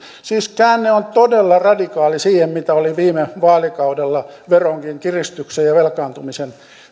siis käänne on todella radikaali verrattuna siihen mitä oli viime vaalikaudella veronkin kiristyksen ja velkaantumisen